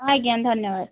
ଆଜ୍ଞା ଧନ୍ୟବାଦ